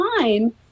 time